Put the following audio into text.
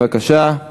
בבקשה.